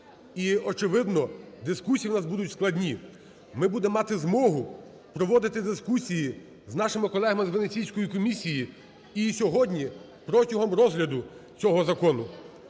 І очевидно, дискусії у нас будуть складні. Ми будемо мати змогу проводити дискусії з нашими колегами з Венеційської комісії і сьогодні, протягом розгляду цього закону.